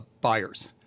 buyers